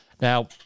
Now